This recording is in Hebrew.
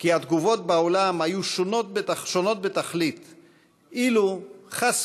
כי התגובות בעולם היו שונות בתכלית אילו, חס